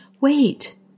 Wait